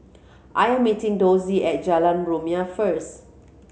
I am meeting Dossie at Jalan Rumia first